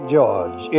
George